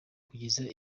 kugeza